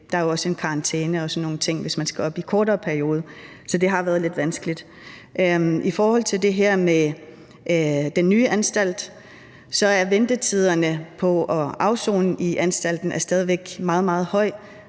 der er jo også en karantæne og sådan nogle ting, hvis man skal op i en kortere periode. Så det har været lidt vanskeligt. I forhold til det her med den nye anstalt er ventetiderne på at afsone i anstalten stadig væk meget,